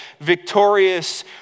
victorious